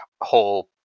whole